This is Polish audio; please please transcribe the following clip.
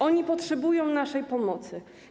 One potrzebują naszej pomocy.